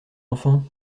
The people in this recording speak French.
enfant